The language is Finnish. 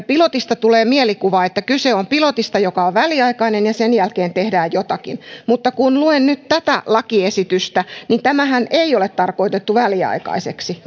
pilotista tulee mielikuva että kyse on pilotista joka on väliaikainen ja sen jälkeen tehdään jotakin mutta kun luen nyt tätä lakiesitystä niin tämähän ei ole tarkoitettu väliaikaiseksi